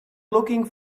looking